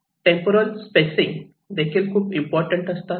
temporal spacing देखील खुप important असतात